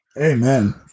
Amen